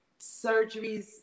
surgeries